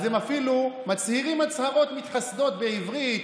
אז הם אפילו מצהירים הצהרות מתחסדות בעברית,